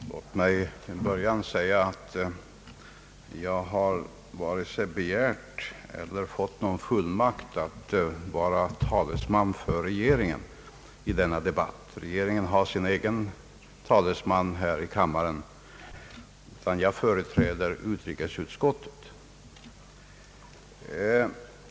Herr talman! Låt mig till att börja med säga att jag varken har begärt eller fått någon fullmakt att vara talesman för regeringen i denna debatt. Regeringen har sin egen talesman här i kammaren. Jag företräder utrikesutskottet.